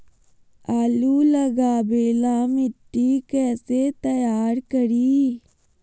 आलु लगावे ला मिट्टी कैसे तैयार करी?